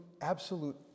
absolute